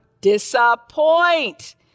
disappoint